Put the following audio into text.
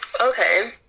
Okay